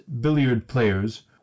billiard-players